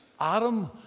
Adam